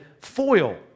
foil